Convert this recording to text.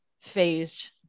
phased